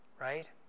right